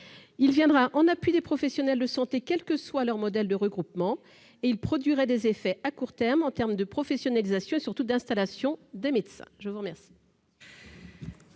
et viendrait en appui des professionnels de santé, quel que soit leur modèle de regroupement. Il produirait des effets à court terme sur la professionnalisation et, surtout, l'installation des médecins. Quel